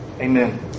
Amen